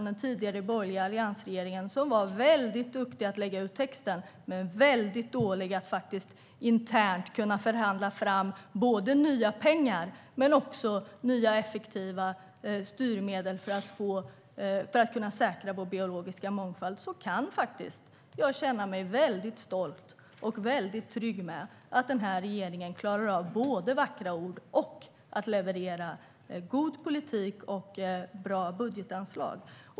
Den tidigare borgerliga alliansregeringen var mycket duktig på att lägga ut texten, men mycket dålig på att internt förhandla fram nya pengar och nya och effektiva styrmedel för att kunna säkra vår biologiska mångfald. Därför kan jag känna mig mycket stolt och mycket trygg med att den här regeringen, till skillnad från den tidigare borgerliga alliansregeringen, klarar av både att tala med vackra ord och att leverera god politik och bra budgetanslag.